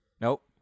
Nope